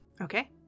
Okay